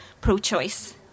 pro-choice